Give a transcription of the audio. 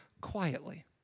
quietly